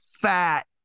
fat